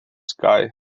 sky